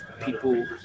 people